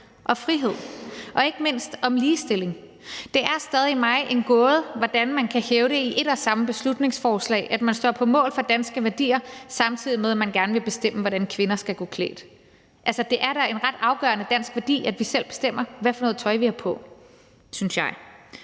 og frihed og ikke mindst om ligestilling. Det er mig stadig en gåde, hvordan man kan hævde i ét og samme beslutningsforslag, at man står på mål for danske værdier, samtidig med at man gerne vil bestemme, hvordan kvinder skal gå klædt. Det er da en ret afgørende dansk værdi, at vi selv bestemmer, hvad for noget tøj vi har på. Det synes jeg.